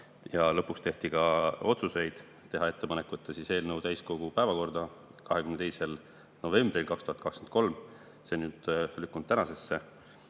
Lõpuks tehti otsused. Teha ettepanek võtta eelnõu täiskogu päevakorda 22. novembril 2023 – see on lükkunud tänasesse.